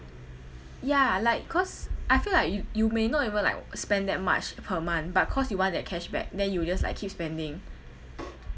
ya like cause I feel like you you may not even like spend that much per month but cause you want that cashback then you just like keep spending